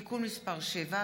(תיקון מס' 7),